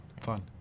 fun